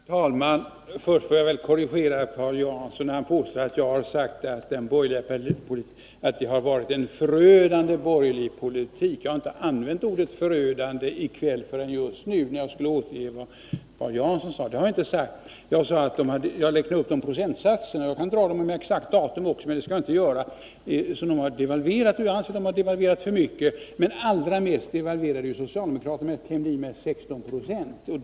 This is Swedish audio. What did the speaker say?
Herr talman! Först vill jag korrigera Paul Jansson när han påstår att jag har sagt att det har varit en förödande borgerlig politik. Jag har inte använt ordet förödande i kväll förrän just nu, när jag skulle återge vad Paul Jansson sade. Jag räknade upp procentsatserna för de borgerliga regeringarnas devalveringar — jag skulle kunna ta dem med exakt datum också, men det skall jag inte göra — och jag anser att de har devalverat för mycket. Men allra mest devalverade ju socialdemokraterna när de klämde i med 16 26.